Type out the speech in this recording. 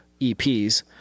EPs